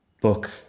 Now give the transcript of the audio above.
book